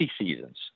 seasons